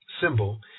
symbol